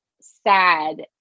sad